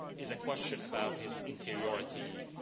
is a question about his interiority.